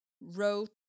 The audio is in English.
Wrote